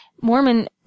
Mormon